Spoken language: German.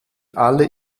alle